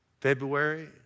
February